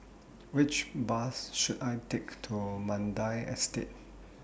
Which Bus should I Take to Mandai Estate